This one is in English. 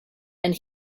and